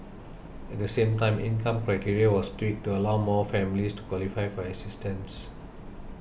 at the same time income criteria was tweaked to allow more families to qualify for assistance